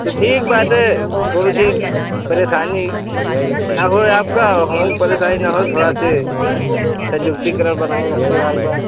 तो ठीक बाटे कोनो चीज परेशानी न होए आपका और हम हुक परेशानी न होए थोड़ा से संजुक्ती करे बनाएक रखें रहयक बा